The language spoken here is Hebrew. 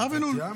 מבת ים?